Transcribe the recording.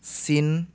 চীন